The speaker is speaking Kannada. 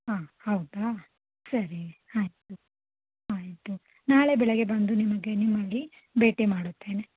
ಹಾಂ ಹೌದಾ ಸರಿ ಆಯಿತು ಆಯಿತು ನಾಳೆ ಬೆಳಗ್ಗೆ ಬಂದು ನಿಮಗೆ ನಿಮ್ಮಲ್ಲಿ ಭೇಟಿ ಮಾಡುತ್ತೇನೆ